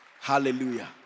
Hallelujah